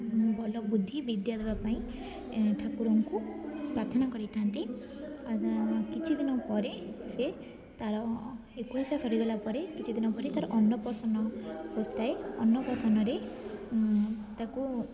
ଭଲ ବୁଦ୍ଧି ବିଦ୍ୟା ଦେବା ପାଇଁ ଠାକୁରଙ୍କୁ ପ୍ରାଥନା କରିଥାନ୍ତି କିଛି ଦିନ ପରେ ସିଏ ତା'ର ଏକୋଇଶିଆ ସରିଗଲା ପରେ କିଛି ଦିନ ପରେ ତା'ର ଅର୍ଣ୍ଣପ୍ରସନ୍ନ ହୋଇଥାଏ ଅର୍ଣ୍ଣ ପ୍ରସନ୍ନରେ ତାକୁ